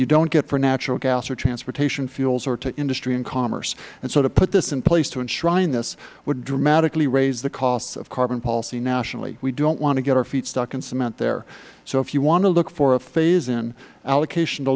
you don't get for natural gas or transportation fuels or to industry and commerce and so to put this in place to enshrine this would dramatically raise the cost of carbon policy nationally we don't want to get our feet stuck in cement there so if you want to look for a phase in allocation to